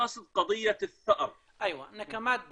נקמת דם.